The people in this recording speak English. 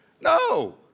No